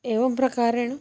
एवं प्रकारेण